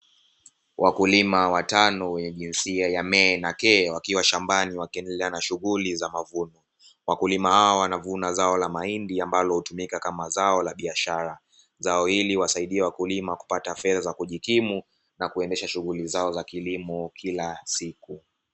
Wakulima watano wenye jinsia ya ME na KE wakiwa shambani wakiendelea na shughuli za mavuno. Wakulima hao wanavuna zao la mahindi ambalo utumika kama zao la biashara, zao hili huwasaidia wakulima kupata fedha za kujikimu na kuendesha shughulu zao za kilimo kilasiku.